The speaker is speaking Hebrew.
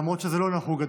למרות שזה לא נהוג,